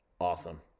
awesome